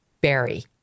Barry